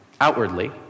outwardly